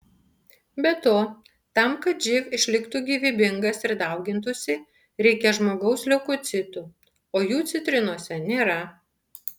be to tam kad živ išliktų gyvybingas ir daugintųsi reikia žmogaus leukocitų o jų citrinose nėra